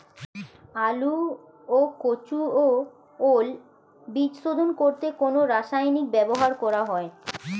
আলু ও কচু ও ওল বীজ শোধন করতে কোন রাসায়নিক ব্যবহার করা হয়?